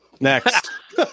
next